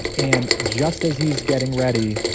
and just as he's getting ready,